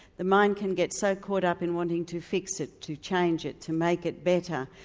the mind can get so caught up in wanting to fix it, to change it, to make it better,